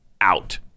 out